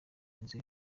inzu